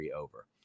over